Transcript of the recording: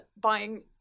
buying